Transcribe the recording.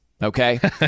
Okay